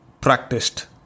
practiced